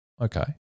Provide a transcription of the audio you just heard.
Okay